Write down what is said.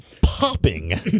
popping